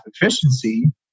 efficiency